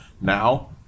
now